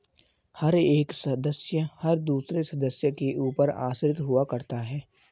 हर एक सदस्य हर दूसरे सदस्य के ऊपर आश्रित हुआ करता है